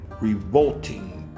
revolting